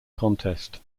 contest